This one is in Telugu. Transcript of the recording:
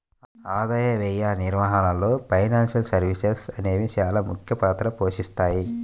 ఆదాయ వ్యయాల నిర్వహణలో ఫైనాన్షియల్ సర్వీసెస్ అనేవి చానా ముఖ్య పాత్ర పోషిత్తాయి